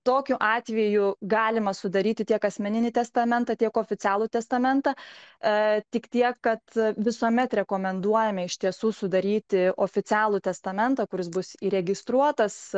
tokiu atveju galima sudaryti tiek asmeninį testamentą tiek oficialų testamentą tik tiek kad visuomet rekomenduojame iš tiesų sudaryti oficialų testamentą kuris bus įregistruotas